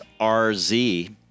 RZ